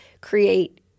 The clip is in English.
create